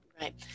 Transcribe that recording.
right